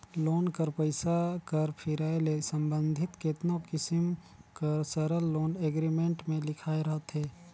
loan कर पइसा कर फिराए ले संबंधित केतनो किसिम कर सरल लोन एग्रीमेंट में लिखाए रहथे